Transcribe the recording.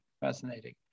fascinating